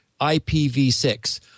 IPv6